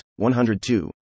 102